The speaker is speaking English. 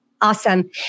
Awesome